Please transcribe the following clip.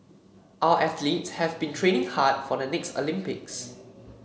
our athletes have been training hard for the next Olympics